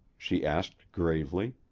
she asked gravely.